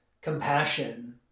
compassion